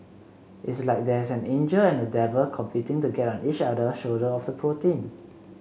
it's like there's an angel and a devil competing to get on each shoulder of the protein